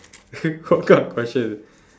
what kind of question is